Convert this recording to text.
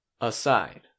Aside